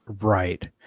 right